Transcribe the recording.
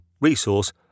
resource